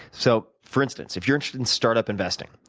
so for instance, if you're interested in startup investing,